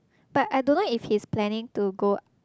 but I don't know if he is planning to go